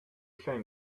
shame